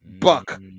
Buck